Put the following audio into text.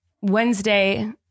Wednesday